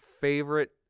favorite